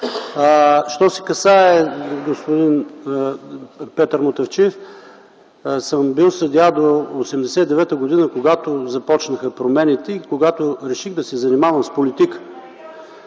Що се касае, господин Петър Мутафчиев, аз съм бил съдия до 1989 г., когато започнаха промените и когато реших да се занимавам с политика.